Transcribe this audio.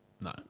no